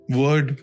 word